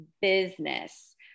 business